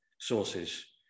sources